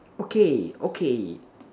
okay okay